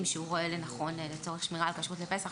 שהוא רואה לנכון לצורך שמירה על כשרות לפסח,